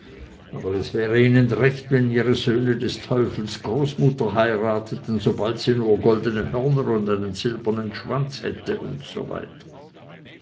aber es wäre ihnen recht wenn ihre söhne des teufels großmutter heirateten sobald sie nur goldene hörner und einen silbernen schwanz hätte usw